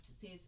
says